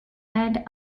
and